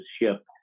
ship